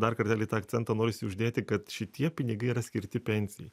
dar kartelį tą akcentą norisi uždėti kad šitie pinigai yra skirti pensijai